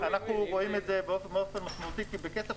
אנחנו רואים את זה באופן מאוד משמעותי, כי בכסף